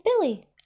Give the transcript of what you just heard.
Billy